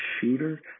shooter